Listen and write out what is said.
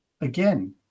again